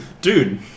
Dude